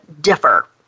differ